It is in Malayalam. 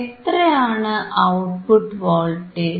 എത്രയാണ് ഔട്ട്പുട്ട് വോൾട്ടേജ്